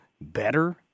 better